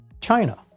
China